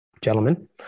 Gentlemen